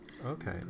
okay